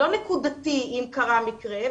לא נקודתי אם קרה מקרה.